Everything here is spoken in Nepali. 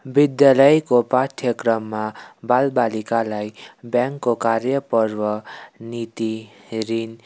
विद्यालयको पाठ्यक्रममा बाल बालिकालाई ब्याङ्कको कार्य पर्व नीति ऋण